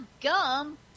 gum